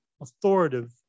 authoritative